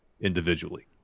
individually